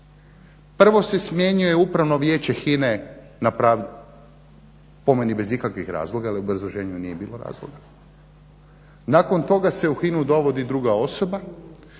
Prvo se smjenjuje Upravno vijeće HINA-e … po meni bez ikakvih razloga jer u obrazloženju nije bilo razloga. Nakon toga se u HINA-u dovodi druga osoba,